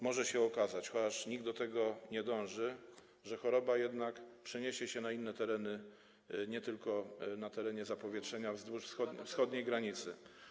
Może się bowiem okazać, chociaż nikt do tego nie dąży, że choroba jednak przeniesie się na inne tereny, nie tylko na teren zapowietrzenia wzdłuż wschodniej granicy.